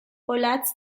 olatz